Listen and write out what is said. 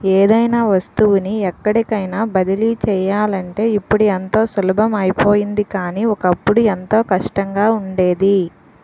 ఏదైనా వస్తువుని ఎక్కడికైన బదిలీ చెయ్యాలంటే ఇప్పుడు ఎంతో సులభం అయిపోయింది కానీ, ఒకప్పుడు ఎంతో కష్టంగా ఉండేది